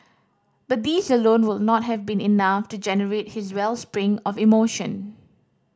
but these alone would not have been enough to generate his wellspring of emotion